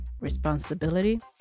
Responsibility